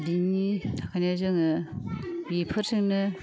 बिनि थाखायनो जोङो बेफोरजोंनो